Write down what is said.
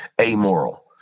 amoral